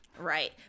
right